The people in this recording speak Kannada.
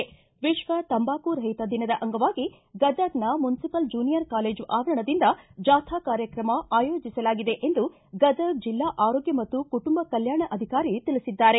ವಿಶ್ವ ತಂಬಾಕು ರಹಿತ ದಿನದ ಅಂಗವಾಗಿ ಗದಗ್ನ ಮುನ್ಸಿಪಲ್ ಜೂನಿಯರ್ ಕಾಲೇಜು ಅವರಣದಿಂದ ಜಾಥಾ ಕಾರ್ಯಕ್ರಮ ಆಯೋಜಿಸಲಾಗಿದೆ ಎಂದು ಗದಗ್ ಜಿಲ್ಲಾ ಆರೋಗ್ಯ ಮತ್ತು ಕುಟುಂಬ ಕಲ್ಯಾಣಾಧಿಕಾರಿ ತಿಳಿಬಿದ್ದಾರೆ